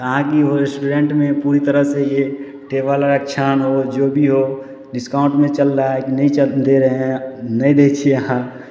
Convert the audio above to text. अहाँ कि ओइ रेस्टोरेन्टमे पूरी तरहसँ ये टेबल आओर अच्छा हो जो भी हो डिस्काउन्टमे चल रहा है कि नहीं चऽ दे रहें हैं नही नहि दै छियै अहाँ